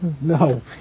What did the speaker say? No